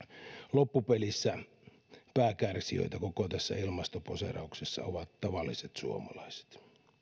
loppupelissä pääkärsijöitä koko tässä ilmastoposeerauksessa ovat tavalliset suomalaiset